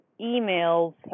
emails